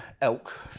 elk